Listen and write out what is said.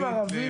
ערבית,